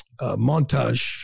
montage